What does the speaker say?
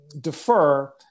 defer